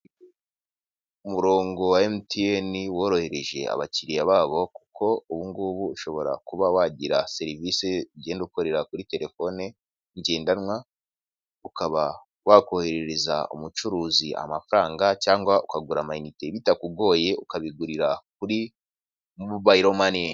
Umurongo wa MTN worohereje abakiriya babo, kuko ubungubu ushobora kuba wagira serivisi ugenda ukorera kuri telefone ngendanwa; ukaba wakoherereza umucuruzi amafaranga cyangwa ukagura ama inite bitakugoye ukabigurira kuri Mobile money.